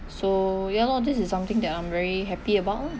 so ya lor this is something that I'm very happy about ah